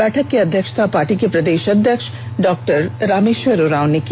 बैठक की अध्यक्षता पार्टी के प्रदेष अध्यक्ष डॉ रामेष्वर उरांव ने की